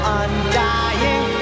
undying